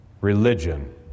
religion